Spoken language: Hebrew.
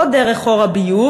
לא דרך חור הביוב,